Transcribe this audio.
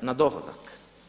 na dohodak.